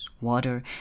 water